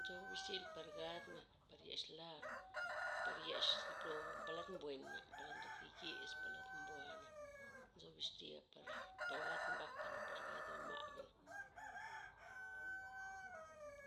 Nzo bixtil par gadmen, par yex lar, par yex mplo- palad mbuena', palad ndon thi yes, palad mbua na', nzo bixtil par par gad mbakana', par gad re ma'bana'.